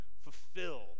fulfill